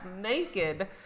naked